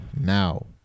now